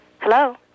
Hello